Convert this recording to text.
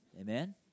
Amen